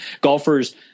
golfers